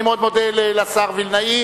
אני מאוד מודה לשר וילנאי,